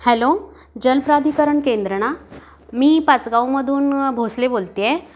hello जलप्राधिकारण केंद्र ना मी पाचगावमधून भोसले बोलतेय